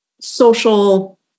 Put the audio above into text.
social